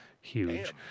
huge